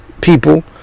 people